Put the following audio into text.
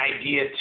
idea